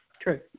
True